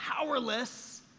powerless